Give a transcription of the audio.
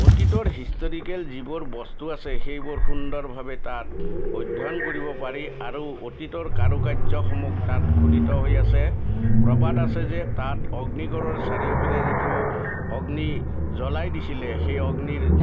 অতীতৰ হিষ্টৰিকেল যিবোৰ বস্তু আছে সেইবোৰ সুন্দৰভাৱে তাত অধ্যয়ন কৰিব পাৰি আৰু অতীতৰ কাৰুকাৰ্যসমূহ তাত খোদিত হৈ আছে প্ৰবাদ আছে যে তাত অগ্নিগড়ৰ চাৰিওপিনে যিটো অগ্নি জ্বলাই দিছিলে সেই অগ্নিৰ